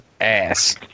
ass